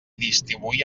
distribuir